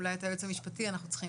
אולי את היועץ המשפטי אנחנו צריכים